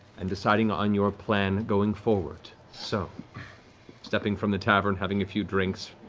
and deciding on your plan going forward. so stepping from the tavern, having a few drinks,